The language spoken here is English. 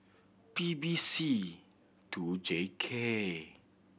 P B C two J K